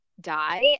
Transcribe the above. die